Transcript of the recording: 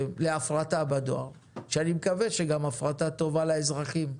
להפרטה בדואר ואני מקווה שההפרטה טובה לאזרחים.